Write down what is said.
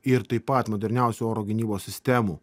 ir taip pat moderniausių oro gynybos sistemų